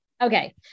Okay